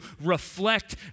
reflect